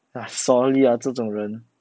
!hais! sorry lah 这种人